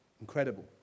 incredible